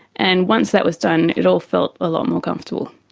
and once that was done it all felt a lot more comfortable.